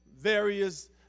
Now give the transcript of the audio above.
various